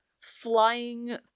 flying